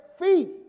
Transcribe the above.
feet